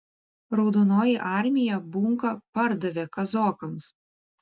raudonoji armija bunką pardavė kazokams